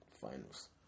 finals